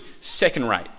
second-rate